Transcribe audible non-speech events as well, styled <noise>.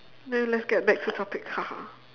then let's get back to topic <laughs>